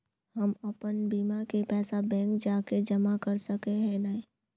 हम अपन बीमा के पैसा बैंक जाके जमा कर सके है नय?